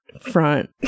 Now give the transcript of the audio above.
front